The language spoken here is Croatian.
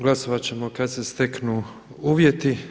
Glasovat ćemo kad se steknu uvjeti.